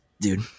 Dude